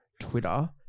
Twitter